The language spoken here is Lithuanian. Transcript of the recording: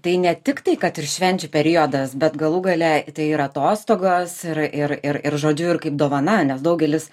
tai ne tik tai kad ir švenčių periodas bet galų gale tai yra atostogos ir ir ir ir žodžiu ir kaip dovana nes daugelis